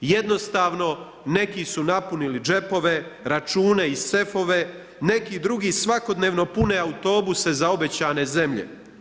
Jednostavno, neki su napunili džepove, račune i sefove, neki drugi, svakodnevno pune autobuse za obećane zemlje.